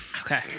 Okay